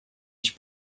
ich